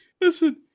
Listen